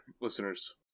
listeners